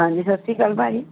ਹਾਂਜੀ ਸਤਿ ਸ਼੍ਰੀ ਅਕਾਲ ਭਾਅ ਜੀ